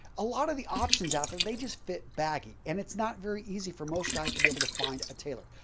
a lot of the options out there they just fit baggy and it's not very easy for most guys to be able to find a tailor.